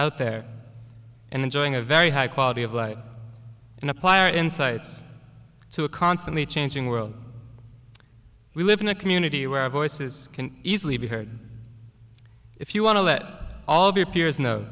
out there and enjoying a very high quality of life and apply our insights to a constantly changing world we live in a community where our voices can easily be heard if you want to let all of your peers know